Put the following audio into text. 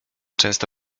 często